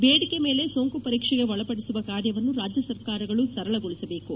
ಬೇಡಿಕೆ ಮೇಲೆ ಸೋಂಕು ಪರೀಕ್ಷೆಗೆ ಒಳಪಡಿಸುವ ಕಾರ್ಯವನ್ನು ರಾಜ್ಯ ಸರ್ಕಾರಗಳು ಸರಳಗೊಳಿಸಬೇಕು